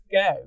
go